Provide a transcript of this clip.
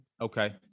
Okay